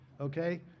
okay